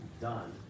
done